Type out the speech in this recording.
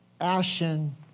ashen